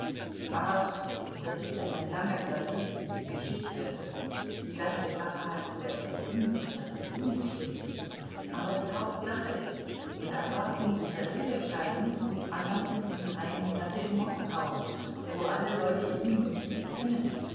ach das ist eine lange verdrießliche geschichte die ganze sache hat so etwas unsicheres unbestimmtes aber die hauptsache ist in erwartung dieser ehescheidung wohnt anna nun schon drei monate in moskau wo alle leute ihn und sie kennen